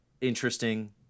interesting